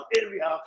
area